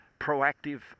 proactive